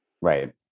Right